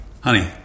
Honey